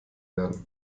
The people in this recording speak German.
werden